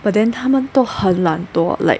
but then 他们都很懒惰 like